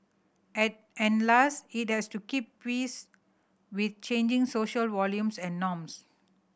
and last it has to keep pace with changing social values and norms